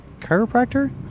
chiropractor